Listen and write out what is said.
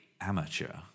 amateur